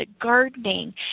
gardening